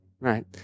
right